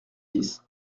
dix